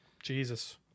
Jesus